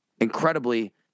incredibly